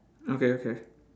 okay okay